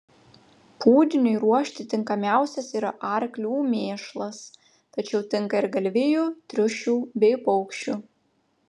pūdiniui ruošti tinkamiausias yra arklių mėšlas tačiau tinka ir galvijų triušių bei paukščių